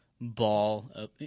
ball